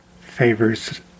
favors